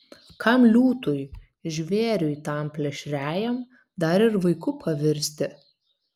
kam liūtui žvėriui tam plėšriajam dar ir vaiku pavirsti